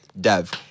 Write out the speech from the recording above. Dev